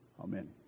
Amen